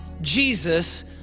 Jesus